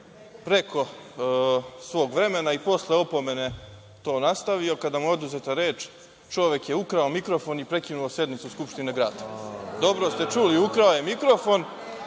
preko svog vremena i posle opomene to nastavio, kada mu je oduzeta reč, čovek je ukrao mikrofon i prekinuo sednicu Skupštine grada. Dobro ste čuli – ukrao je mikrofon.